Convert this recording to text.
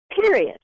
Period